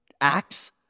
acts